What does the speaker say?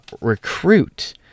recruit